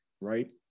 right